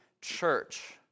church